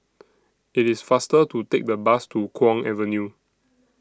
IT IS faster to Take The Bus to Kwong Avenue